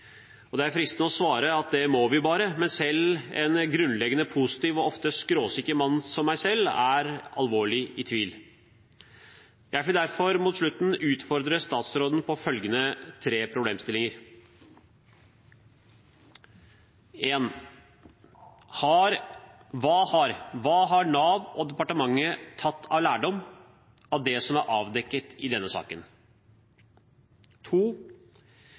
Nav. Det er fristende å svare at det må vi bare, men selv en grunnleggende positiv og ofte skråsikker mann som jeg selv er alvorlig i tvil. Jeg vil derfor mot slutten utfordre statsråden på følgende tre problemstillinger: Hva har Nav og departementet tatt av lærdom av det som er avdekket i denne saken?